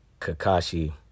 Kakashi